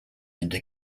into